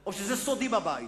או שזה סודי בבית?